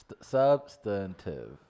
Substantive